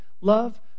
love